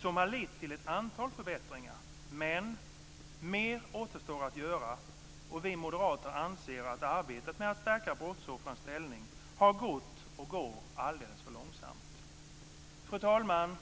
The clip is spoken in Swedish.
som har lett till ett antal förbättringar. Men mer återstår att göra och vi moderater anser att arbetet med att stärka brottsoffrens ställning har gått och går alldeles för långsamt. Fru talman!